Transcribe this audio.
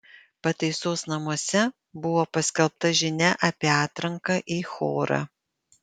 pataisos namuose buvo paskelbta žinia apie atranką į chorą